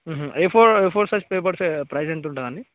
A four A four size papers price ఎంత ఉంటుంది అండి